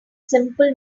simple